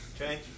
Okay